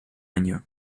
año